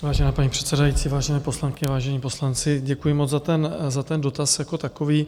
Vážená paní předsedající, vážené poslankyně, vážení poslanci, děkuji moc za ten dotaz jako takový.